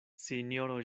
sinjoro